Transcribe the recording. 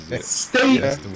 Stay